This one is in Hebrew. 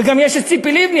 וגם יש ציפי לבני,